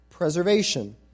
Preservation